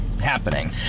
happening